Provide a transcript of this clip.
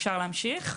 פרקטית,